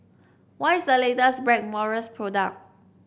what is the latest Blackmores product